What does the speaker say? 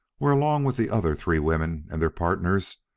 where, along with the other three women and their partners,